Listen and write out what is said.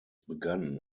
begann